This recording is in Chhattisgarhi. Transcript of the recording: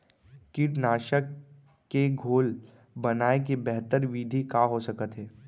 कीटनाशक के घोल बनाए के बेहतर विधि का हो सकत हे?